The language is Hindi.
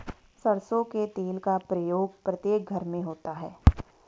सरसों के तेल का प्रयोग प्रत्येक घर में होता है